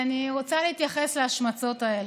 אני רוצה להסביר רגע מה ההבדל בין ימין רציני לימין בכייני.